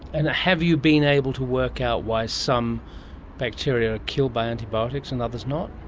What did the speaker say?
and have you been able to work out why some bacteria are killed by antibiotics and others not?